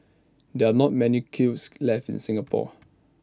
there are not many kilns left in Singapore